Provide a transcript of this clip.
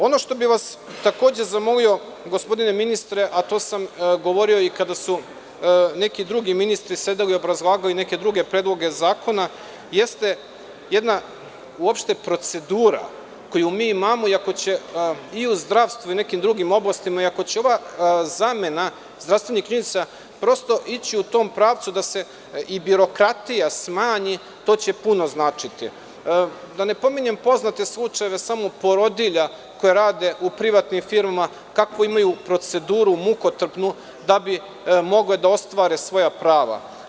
Ono što bih vas takođe zamolio, gospodine ministre, a to sam govorio i kada su neki drugi ministri sedeli i obrazlagali neke druge predloge zakona, jeste jedna uopšte procedura koju mi imamo i ako će i u zdravstvu i u nekim drugim oblastima i ako će ova zamena zdravstvenih knjižica prosto ići u tom pravcu da se i birokratija smanji, to će puno značiti, da ne pominjem poznate slučajeve samo porodilja koje rade u privatnim firmama, kakvu imaju proceduru mukotrpnu da bi mogle da ostvare svoja prava.